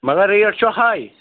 مگر ریٹ چھُو ہاے